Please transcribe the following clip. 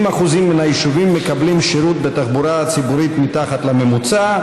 70% מן היישובים מקבלים שירות בתחבורה ציבורית מתחת לממוצע.